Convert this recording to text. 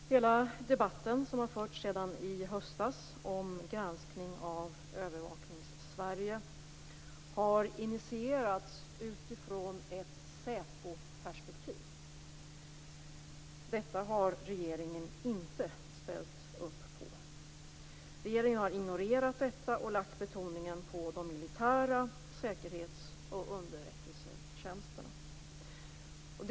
Fru talman! Debatten om granskning av Övervakningssverige, som har förts sedan i höstas, har initierats utifrån ett säpoperspektiv. Detta har regeringen inte ställt upp på. Regeringen har ignorerat detta och lagt betoningen på de militära säkerhetsoch underrättelsetjänsterna.